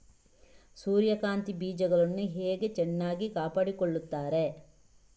ಸೂರ್ಯಕಾಂತಿ ಬೀಜಗಳನ್ನು ಹೇಗೆ ಚೆನ್ನಾಗಿ ಕಾಪಾಡಿಕೊಳ್ತಾರೆ?